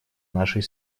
нашей